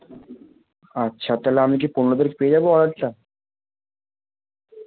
আচ্ছা তাহলে আমি কি পনেরো তারিখ পেয়ে যাবো অর্ডারটা